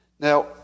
Now